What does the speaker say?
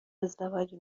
ازدواج